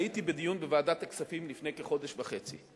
הייתי בדיון בוועדת הכספים לפני כחודש וחצי,